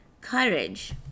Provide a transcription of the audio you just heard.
Courage